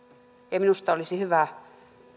ja minusta olisi hyvä